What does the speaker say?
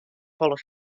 folle